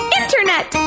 internet